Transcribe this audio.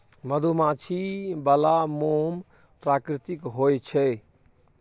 मधुमाछी बला मोम प्राकृतिक होए छै